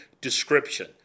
description